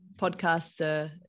podcasts